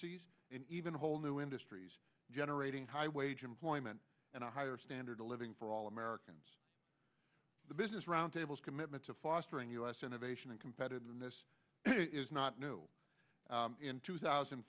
es and even whole new industries generating high wage employment and a higher standard of living for all americans the business roundtable commitment to fostering u s innovation and competitiveness is not new in two thousand